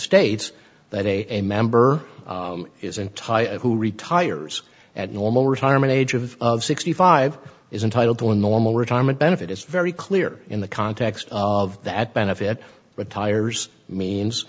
states that a member is in tie who retires at normal retirement age of sixty five is entitled to a normal retirement benefit it's very clear in the context of that benefit retires means